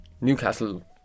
newcastle